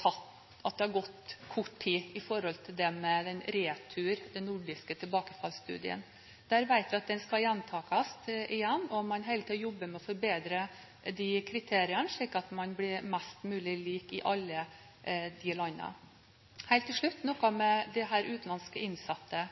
har gått kort tid i forhold til RETUR, den nordiske tilbakefallsstudien. Vi vet at den skal gjentas, og man holder på med å forbedre kriteriene, slik at man blir mest mulig lik i alle de landene. Til slutt noe om de utenlandske innsatte: